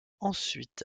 ensuite